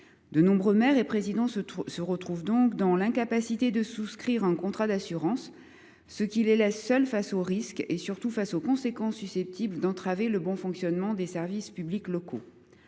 De nombreux maires et présidents d’intercommunalité se retrouvent donc dans l’incapacité de souscrire un contrat d’assurance, ce qui les laisse seuls face aux risques et, surtout, face aux conséquences susceptibles d’entraver le bon fonctionnement des services publics locaux.